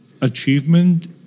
achievement